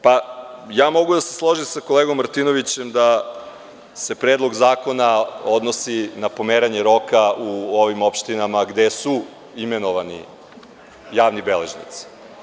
Pa, mogu da se složim sa kolegom Martinovićem da se Predlog zakona odnosi na pomeranje roka u ovim opštinama gde su imenovani javni beležnici.